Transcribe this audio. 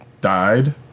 died